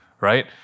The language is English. right